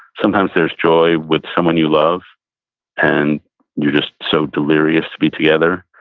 sometimes there's joy with someone you love and you're just so delirious to be together.